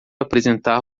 apresentar